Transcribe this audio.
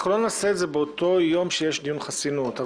לא נעשה את זה באותו יום שיש דיון חסינות.